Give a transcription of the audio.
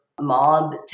mob